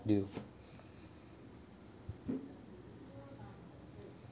deal